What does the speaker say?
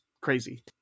crazy